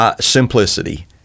simplicity